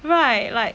right like